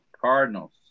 Cardinals